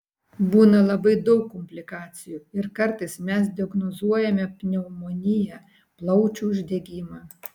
būna labai daug komplikacijų ir kartais mes diagnozuojame pneumoniją plaučių uždegimą